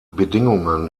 bedingungen